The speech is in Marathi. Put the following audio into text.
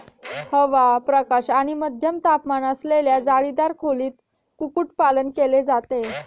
हवा, प्रकाश आणि मध्यम तापमान असलेल्या जाळीदार खोलीत कुक्कुटपालन केले जाते